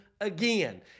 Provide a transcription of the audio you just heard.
again